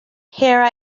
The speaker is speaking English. here